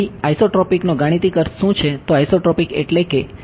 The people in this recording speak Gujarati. તેથી આઇસોટ્રોપિકનો ગાણિતિક અર્થ શું છે તો આઇસોટ્રોપિક એટલે કે